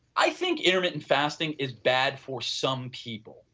i think intermittent fasting is bad for some people.